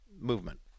movement